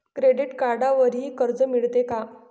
Credit कार्डवरही कर्ज मिळते का?